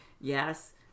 Yes